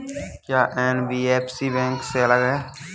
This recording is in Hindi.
क्या एन.बी.एफ.सी बैंक से अलग है?